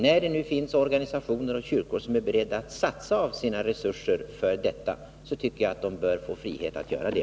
När det nu finns organisationer och kyrkor som är beredda att satsa av sina resurser på detta, tycker jag att de bör få frihet att göra det.